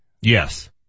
Yes